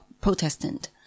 Protestant